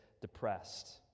depressed